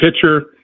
Pitcher